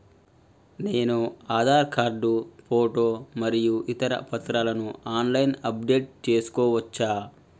నేను Aadhaar card photo మరియు ఇతర పత్రాలను ఆన్ లైన్ అప్ డెట్ చేసుకోవచ్చా?